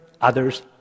others